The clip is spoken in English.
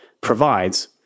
provides